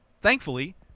Thankfully